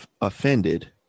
offended